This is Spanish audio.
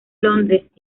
londres